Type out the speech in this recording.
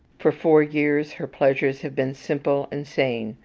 for four years her pleasures have been simple and sane.